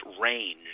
range